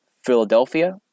Philadelphia